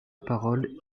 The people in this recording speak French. parole